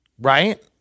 Right